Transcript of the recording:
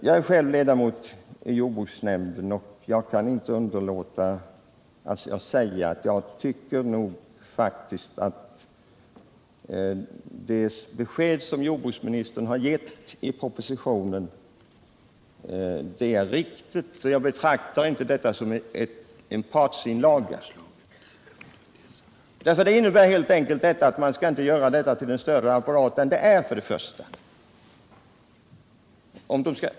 Jag är själv ledamot av jordbruksnämnden, och jag kan inte underlåta att säga att jag tycker att jordbruksministerns inställning i fråga om jordbruksnämndens sammansättning är riktig. Jag betraktar inte hans besked i propositionen som en partsinlaga — det är en rent praktisk syn på frågan. Det innebär kort sagt att man inte skall göra nämnden till en större apparat än att den är hanterlig.